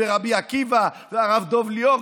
ורבי עקיבא והרב דב ליאור,